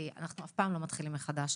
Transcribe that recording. אנחנו אף פעם לא מתחילים מחדש,